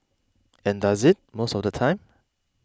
and does it most of the time